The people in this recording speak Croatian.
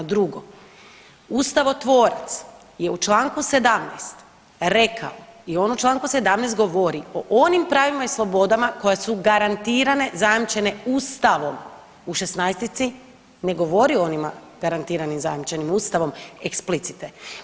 Drugo, ustavotvorac je u čl. 17. rekao i on u čl. 17. govori o onim pravima i slobodama koja su garantirane i zajamčene ustavom, u 16-ici ne govori o onima garantiranim i zajamčenim ustavom eksplicite.